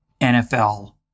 NFL